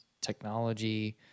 technology